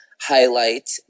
highlight